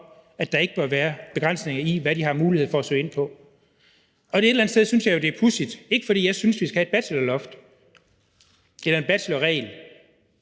at der ikke bør være begrænsninger i, hvad de har mulighed for at søge ind på. Og et eller andet sted synes jeg jo, det er pudsigt – det er ikke, fordi jeg synes, at vi skal have et bachelorloft eller en bachelorregel,